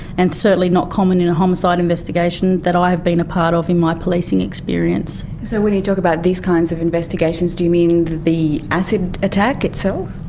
and certainly not common in a homicide investigation that i've been a part of in my policing experience. so when you talk about these kinds of investigations, to you mean the acid attack itself?